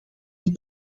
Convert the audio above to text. dit